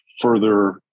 further